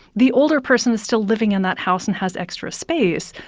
the older person is still living in that house and has extra space.